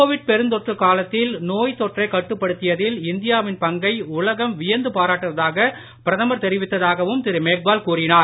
கோவிட்பெருந்தொற்றுகாலத்தில்நோய்தொற்றைகட்டுப்படுத்தியதி ல்இந்தியாவின்பங்கைஉலகம்வியந்துபாராட்டுவதாக பிரதமர்தெரிவித்ததாகவும் திருமெக்வால்கூறினார்